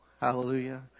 Hallelujah